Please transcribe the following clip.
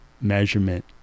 measurement